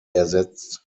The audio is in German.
ersetzt